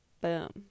Boom